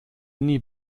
nie